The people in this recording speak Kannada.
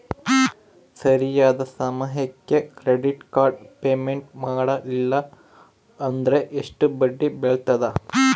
ಸರಿಯಾದ ಸಮಯಕ್ಕೆ ಕ್ರೆಡಿಟ್ ಕಾರ್ಡ್ ಪೇಮೆಂಟ್ ಮಾಡಲಿಲ್ಲ ಅಂದ್ರೆ ಎಷ್ಟು ಬಡ್ಡಿ ಬೇಳ್ತದ?